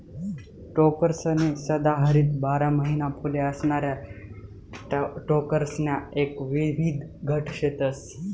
टोकरसनी सदाहरित बारा महिना फुले असणाऱ्या टोकरसण्या एक विविध गट शेतस